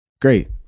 Great